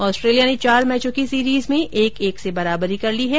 Australia ने चार मैचों की सीरिज में एक एक से बराबरी कर ली है